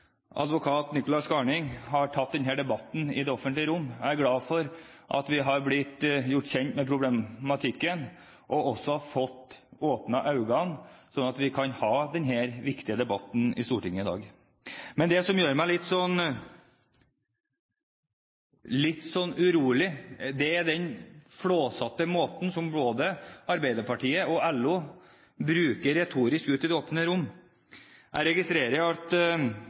advokat Nicolay Skarning har tatt denne debatten i det offentlige rom. Jeg er glad for at vi har blitt gjort kjent med problematikken, og også har fått åpnet øynene, sånn at vi kan ha denne viktige debatten i Stortinget i dag. Men det som gjør meg litt urolig, er den flåsete retorikken som både Arbeiderpartiet og LO bruker i det offentlige rom. Jeg registrerer at